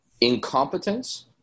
incompetence